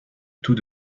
tout